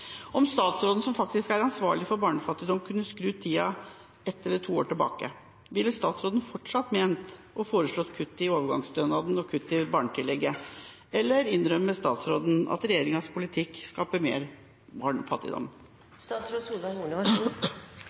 Om statsråden som faktisk er ansvarlig for barnefattigdom, kunne skru tida ett eller to år tilbake, ville statsråden fortsatt ha foreslått kutt i overgangsstønaden og kutt i barnetillegget, eller innrømmer statsråden at regjeringas politikk skaper mer